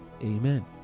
Amen